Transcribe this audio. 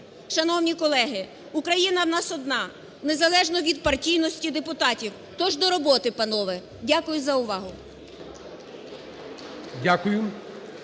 Шановні колеги, Україна в нас одна, незалежно від партійності депутатів, тож до роботи, панове. Дякую за увагу.